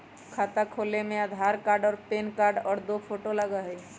खाता खोले में आधार कार्ड और पेन कार्ड और दो फोटो लगहई?